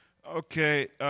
Okay